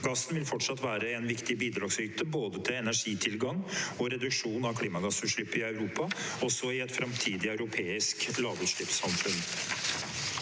Gassen vil fortsatt være en viktig bidragsyter til både energitilgang og reduksjon av klimagassutslipp i Europa. Også i et framtidig europeisk lavutslippssamfunn